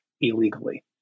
illegally